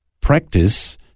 practice